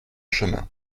chemin